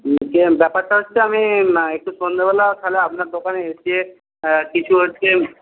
ব্যাপারটা হচ্ছে আমি একটু সন্ধেবেলা তাহলে আপনার দোকানে এসে কিছু হচ্ছে